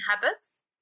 habits